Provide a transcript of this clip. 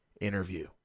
interview